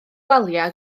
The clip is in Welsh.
waliau